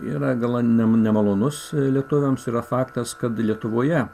yra gana nemalonus lietuviams yra faktas kad lietuvoje